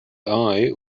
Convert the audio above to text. eye